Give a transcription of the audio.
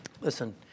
Listen